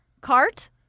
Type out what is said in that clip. Cart